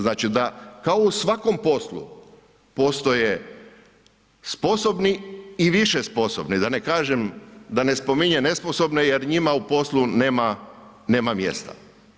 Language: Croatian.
Znači da, kao u svakom poslu, postoje sposobni i više sposobni da ne kažem, da ne spominjem nesposobne jer njima u poslu nema mjesta.